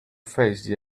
face